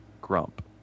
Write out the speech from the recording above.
Grump